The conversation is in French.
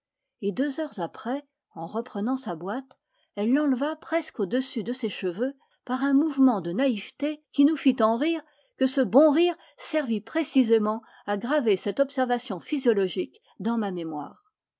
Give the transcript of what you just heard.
et deux heures après en reprenant sa boîte elle l'enleva presque au-dessus de ses cheveux par un mouvement de naïveté qui nous fit tant rire que ce bon rire servit précisément à graver cette observation physiologique dans ma mémoire